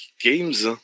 games